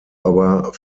aber